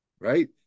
Right